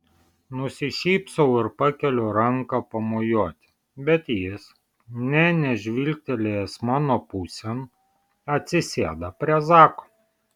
nusišypsau ir pakeliu ranką pamojuoti bet jis nė nežvilgtelėjęs mano pusėn atsisėda prie zako